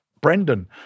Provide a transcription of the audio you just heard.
Brendan